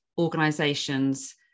organizations